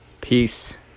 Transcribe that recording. Peace